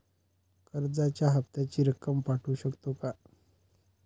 कर्जाच्या हप्त्याची रक्कम वाढवू शकतो का?